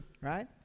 right